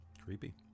Creepy